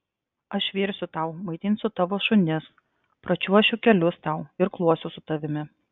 aš virsiu tau maitinsiu tavo šunis pračiuošiu kelius tau irkluosiu su tavimi